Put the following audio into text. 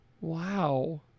Wow